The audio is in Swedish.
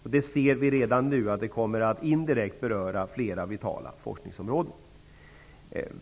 Vi ser redan nu att det indirekt kommer att beröra flera vitala forskningsområden.